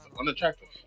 unattractive